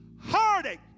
Heartache